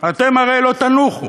אתם הרי לא תנוחו.